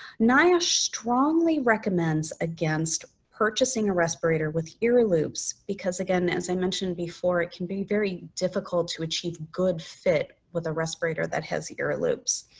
niosh strongly recommends against purchasing a respirator with ear loops, because again, as i mentioned before, it can be very difficult to achieve good fit with a respirator that has ear loops.